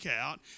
out